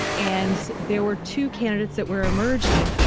and there were two candidates that were emerging,